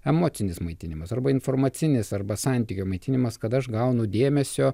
emocinis maitinimas arba informacinis arba santykio maitinimas kada aš gaunu dėmesio